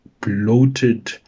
bloated